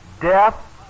death